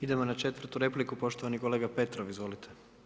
Idemo na 4. repliku, poštovani kolega Petrov, izvolite.